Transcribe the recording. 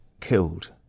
killed